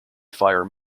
fire